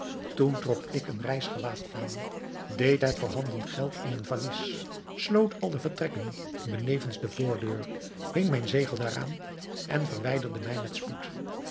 toen trok ik een reisgewaad aan deed het voorhanden geld in een valies sloot al de vertrekken benevens de voordeur hing mijn zegel daaraan en verwijderde mij met spoed